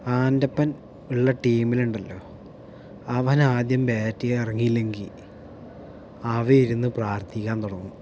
ആൻറ്റപ്പൻ ഉള്ള ടീമിലുണ്ടല്ലോ അവൻ ആദ്യം ബാറ്റ് ചെയ്യാൻ ഇറങ്ങിയില്ലെങ്കിൽ അവനിരുന്ന് പ്രാർത്ഥിക്കാൻ തുടങ്ങും